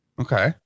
okay